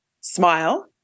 smile